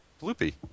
Bloopy